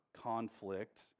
conflict